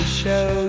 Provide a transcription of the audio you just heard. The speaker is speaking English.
show